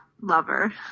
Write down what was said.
lover